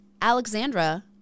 Alexandra